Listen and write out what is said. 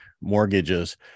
mortgages